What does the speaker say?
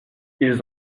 ils